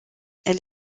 elle